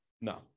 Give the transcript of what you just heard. No